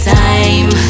time